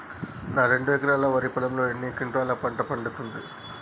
నా రెండు ఎకరాల వరి పొలంలో ఎన్ని క్వింటాలా పంట పండుతది?